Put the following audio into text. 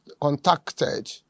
contacted